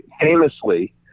famously